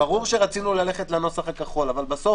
ברור שרצינו ללכת לנוסח הכחול אבל בסוף,